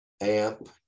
amp